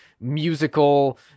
musical